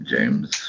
James